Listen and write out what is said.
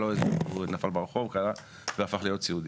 נפל ברחוב והפך להיות סיעודי.